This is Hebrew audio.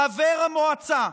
חבר המועצה,